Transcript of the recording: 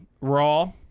raw